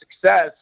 success